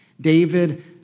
David